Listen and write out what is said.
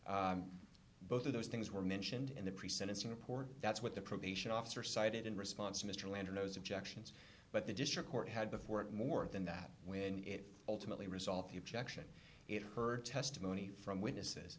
friend both of those things were mentioned in the pre sentencing report that's what the probation officer cited in response to mr landor those objections but the district court had before it more than that when it ultimately resolved the objection it heard testimony from witnesses